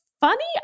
funny